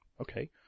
okay